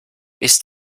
ist